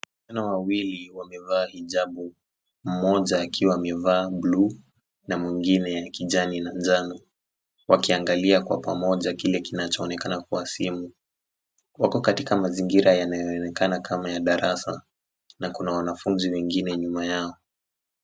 Wasichana wawili wamevaa hijabu, mmoja akiwa amevaa bluu na mwingine ya kijani na njano, wakiangalia kwa pamoja kile kinachoonekana kuwa simu. Wako katika mazingira yanayoonekana kama ya darasa na kuna wanafunzi wengine nyuma yao.